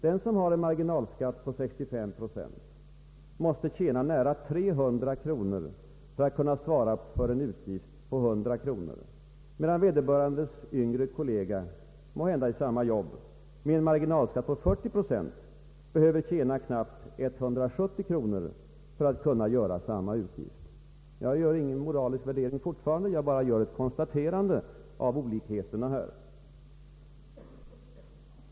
Den som har en marginalskatt på 65 procent måste tjäna nära 300 kronor för att kunna svara för en utgift på 100 kronor, medan vederbörandes yngre kollega i måhända samma arbete med en marginalskatt på 40 procent bara behöver tjäna knappt 170 kronor för att kunna göra samma utgift. Jag gör fortfarande ingen moralisk värdering. Jag bara konstaterar olikheterna här.